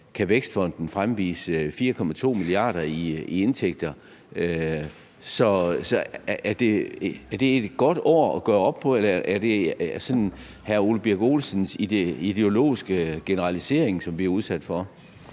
kan Vækstfonden fremvise en indtægt på 4,2 mia. kr. Så er det et godt år til at gøre det op? Eller er det hr. Ole Birk Olesens ideologiske generaliseringer, vi er udsat for?